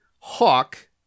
Hawk